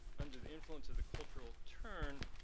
under the influence of the cultural turn,